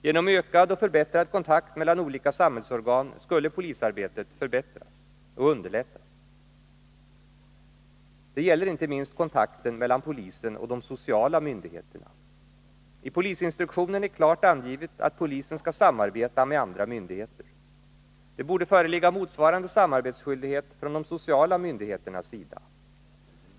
Genom ökad och förbättrad kontakt mellan olika samhällsorgan skulle polisarbetet förbättras och underlättas. Detta gäller inte minst kontakten mellan polisen och de sociala myndigheterna. I polisinstruktionen är klart angivet att polisen skall samarbeta med andra myndigheter. Det borde föreligga motsvarande samarbetsskyldighet från de sociala myndigheternas sida.